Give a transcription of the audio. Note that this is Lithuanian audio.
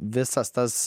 visas tas